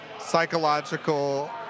Psychological